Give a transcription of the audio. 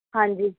ਹਾਂਜੀ